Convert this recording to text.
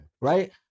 right